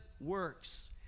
works